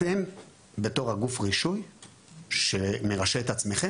הם בתור גוף הרישוי שמרשה את עצמו,